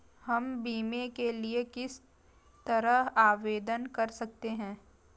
हम बीमे के लिए किस तरह आवेदन कर सकते हैं?